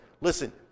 Listen